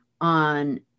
on